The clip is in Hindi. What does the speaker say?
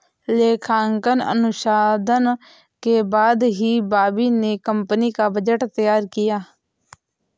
लेखांकन अनुसंधान के बाद ही बॉबी ने कंपनी का बजट तैयार किया